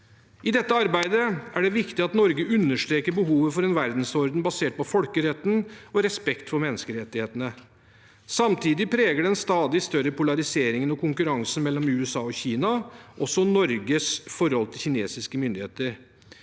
I dette arbeidet er det viktig at Norge understreker behovet for en verdensorden basert på folkeretten og respekt for menneskerettighetene. Samtidig preger den stadig større polariseringen og konkurransen mellom USA og Kina også Norges forhold til kinesiske myndigheter.